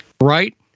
right